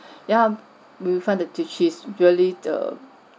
yeah we found that she's really err